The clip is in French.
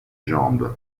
jambe